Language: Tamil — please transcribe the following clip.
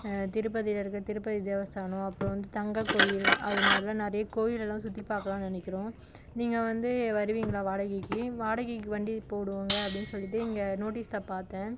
திருப்பதியில் இருக்கிற திருப்பதி தேவஸ்தானம் அப்புறம் தங்கக்கோயில் அதுமாரிலாம் நிறைய கோயில்லாம் சுற்றிப் பார்க்கலானு நினைக்கிறோம் நீங்கள் வந்து வருவீங்களா வாடகைக்கு வாடகைக்கு வண்டி போடுவோங்க அப்படினு சொல்லிட்டு இங்கே நோட்டீசில் பார்த்தேன்